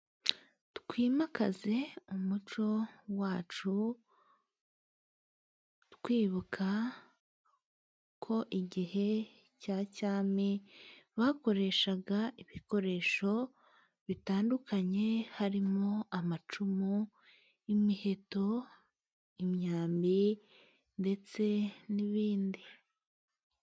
Twimakaze umuco wacu, twibuka ko igihe cya cyami bakoreshaga ibikoresho bitandukanye harimo: amacumu, imiheto, imyambi ndetse n'ibindi.